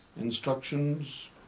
instructions